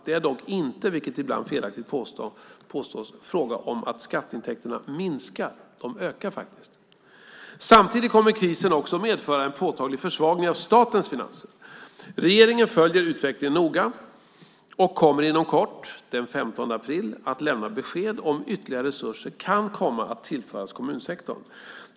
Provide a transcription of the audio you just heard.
Det är dock inte, vilket ibland felaktigt påstås, fråga om att skatteintäkterna minskar. De ökar faktiskt. Samtidigt kommer krisen också att medföra en påtaglig försvagning av statens finanser. Regeringen följer utvecklingen noga och kommer inom kort, den 15 april, att lämna besked om ytterligare resurser kan komma att tillföras kommunsektorn.